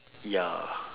ya